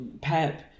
Pep